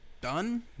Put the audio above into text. done